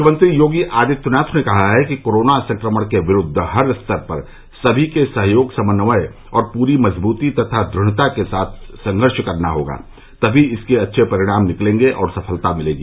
मुख्यमंत्री योगी आदित्यनाथ ने कहा है कि कोरोना संक्रमण के विरुद्व हर स्तर पर सभी के सहयोग समन्वय और पूरी मजबूती तथा दृढ़ता के साथ संघर्ष करना होगा तभी इसके अच्छे परिणाम निकलेंगे और सफलता मिलेगी